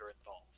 involved